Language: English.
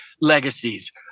legacies